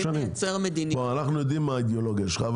אנחנו יודעים מה האידיאולוגיה שלך,